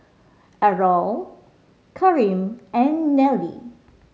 Errol Kareem and Nellie